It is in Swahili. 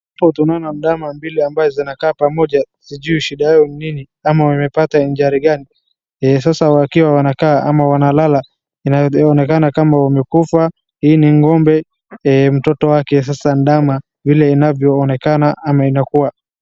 Hapo tunaona ndama mbili ambazo zinakaa pamoja sijui shida yao ni nini ama wamepata ajali gani. Sasa wakiwa wanakaa ama wanalala inaonekana kama wamekufa ili ng'ombe mtoto wake sasa na ndama vile inavyoonekana ama inakuwa.